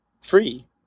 free